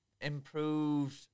improved